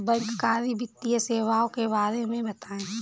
बैंककारी वित्तीय सेवाओं के बारे में बताएँ?